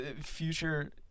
future